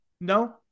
no